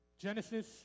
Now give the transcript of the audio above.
Genesis